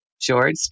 George